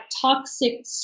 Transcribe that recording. toxic